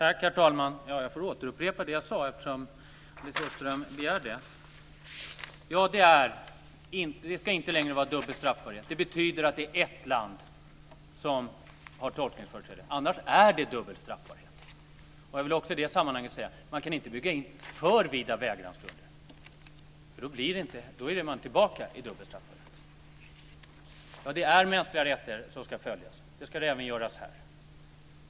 Herr talman! Jag får upprepa det jag sade, eftersom Alice Åström begär det. Det ska inte längre vara dubbel straffbarhet. Det betyder att det är ett land som har tolkningsföreträde, annars är det dubbel straffbarhet. I det sammanhanget vill jag också säga att man inte kan bygga in för vida vägransgrunder för då är man tillbaka i dubbel straffbarhet. Mänskliga rättigheter ska följas, och så ska även ske här.